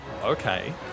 Okay